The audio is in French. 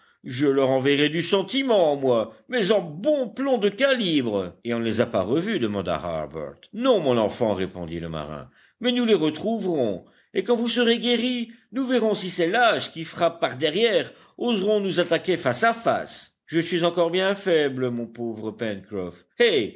je leur enverrai du sentiment moi mais en bon plomb de calibre et on ne les a pas revus demanda harbert non mon enfant répondit le marin mais nous les retrouverons et quand vous serez guéri nous verrons si ces lâches qui frappent par derrière oseront nous attaquer face à face je suis encore bien faible mon pauvre pencroff eh